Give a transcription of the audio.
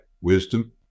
wisdom